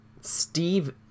Steve